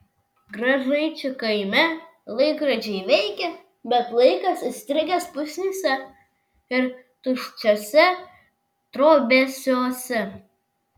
gražaičių kaime laikrodžiai veikia bet laikas įstrigęs pusnyse ir tuščiuose trobesiuose